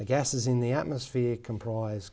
gases in the atmosphere comprise